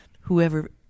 whoever